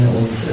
und